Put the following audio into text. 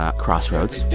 ah crossroads.